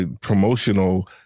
promotional